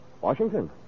Washington